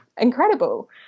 incredible